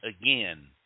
again